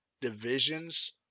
divisions